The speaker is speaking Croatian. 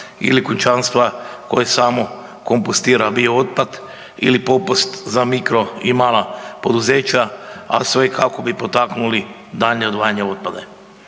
ili kućanstva koje samo kompostira biootpad ili popust za mikro i mala poduzeća, a sve kako bi potaknuli daljnje odvajanja otpada.